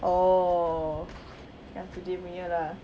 oh yang punya lah